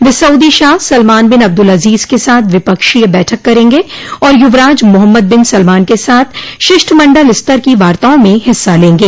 वे Saudi शाह Salman bin Abdul Aziz के साथ द्विपक्षोय बैठक करेंगे और युवराज मोहम्मद बिन सलमान के साथ शिष्टमंडल स्तर की वार्ताओं में हिस्सा लेंगे